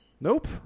Nope